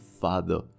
father